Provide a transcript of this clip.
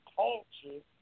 culture